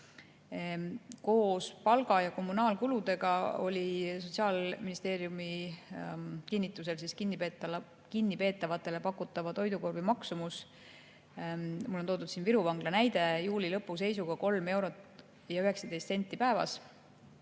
Koos palga ja kommunaalkuludega oli Sotsiaalministeeriumi kinnitusel kinnipeetavatele pakutava toidukorvi maksumus – mul on toodud siin Viru Vangla näide – juuli lõpu seisuga 3 eurot ja